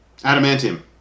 Adamantium